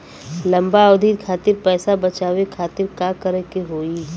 लंबा अवधि खातिर पैसा बचावे खातिर का करे के होयी?